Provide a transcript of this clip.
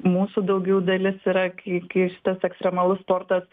mūsų daugiau dalis yra kai kai šitas ekstremalus sportas